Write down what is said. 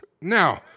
Now